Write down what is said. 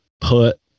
put